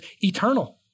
eternal